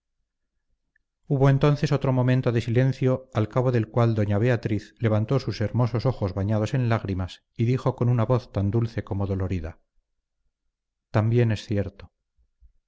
hubo entonces otro momento de silencio al cabo del cual doña beatriz levantó sus hermosos ojos bañados en lágrimas y dijo con una voz tan dulce como dolorida también es cierto